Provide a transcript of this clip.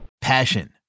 Passion